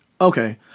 Okay